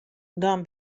dan